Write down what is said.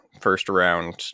first-round